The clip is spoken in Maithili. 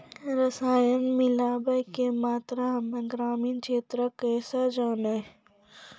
रसायन मिलाबै के मात्रा हम्मे ग्रामीण क्षेत्रक कैसे जानै?